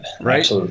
right